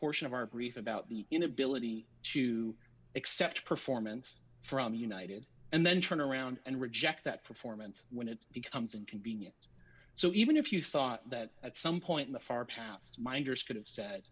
portion of our brief about the inability to accept performance from united and then turn around and reject that performance when it becomes inconvenient so even if you thought that at some point in the far past minders